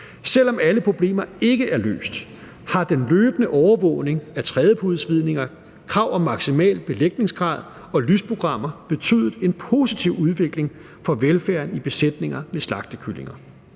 Selv om alle problemer ikke er løst, har den løbende overvågning af trædepudesvidninger, krav om maksimal belægningsgrad og lysprogrammer betydet en positiv udvikling for velfærden i besætninger med slagtekyllinger.